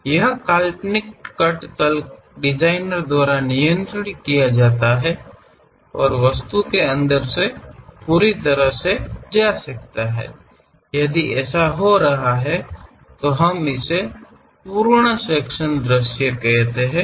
ಈ ಕಾಲ್ಪನಿಕ ಕಟ್ ಸಮತಲದ ಅನ್ನು ಡಿಸೈನರ್ ನಿಯಂತ್ರಿಸುತ್ತಾನೆ ಮತ್ತು ವಸ್ತುವಿನ ಮೂಲಕ ಸಂಪೂರ್ಣವಾಗಿ ಹೋಗಬಹುದು ನಾವು ಅದನ್ನು ಪೂರ್ಣ ವಿಭಾಗೀಯ ವೀಕ್ಷಣೆ ಎಂದು ಕರೆಯುತ್ತೇವೆ